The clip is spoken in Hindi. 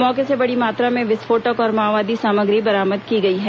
मौके से बड़ी मात्रा में विस्फोटक और माओवादी सामग्री बरामद की गई है